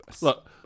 Look